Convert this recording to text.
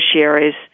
beneficiaries